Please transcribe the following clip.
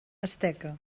asteca